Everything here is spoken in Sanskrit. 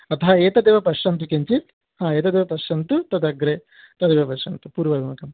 अतः एतदेव पश्यन्तु किञ्चित् हा एतदेव पश्यन्तु तदग्रे तदेव पश्यन्तु पूर्वाभिमुखं